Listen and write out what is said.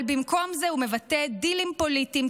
אבל במקום זה הוא מבטא דילים פוליטיים,